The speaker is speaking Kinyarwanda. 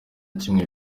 kimwe